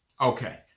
Okay